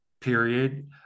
period